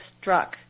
struck